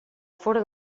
fora